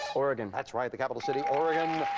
oregon. that's right. the capital city oregon.